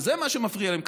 וזה מה שמפריע להם,